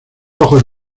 ojos